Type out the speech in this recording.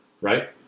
right